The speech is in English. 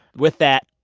with that,